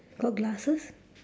got glasses